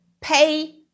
pay